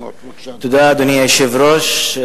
תודה, אדוני היושב-ראש.